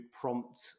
prompt